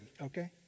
okay